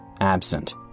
absent